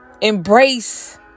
embrace